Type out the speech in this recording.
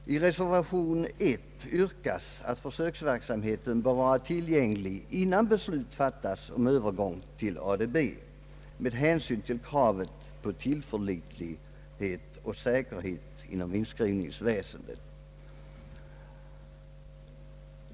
I reservation I yrkas att resultaten av försöksverksamheten skall vara tillgängliga inna beslut fattas om övergång till ADB, detta med hänsyn till kravet på tillförlitlighet och säkerhet inom inskrivningsväsendet.